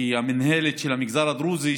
כי המינהלת של המגזר הדרוזי,